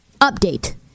Update